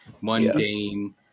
mundane